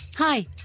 Hi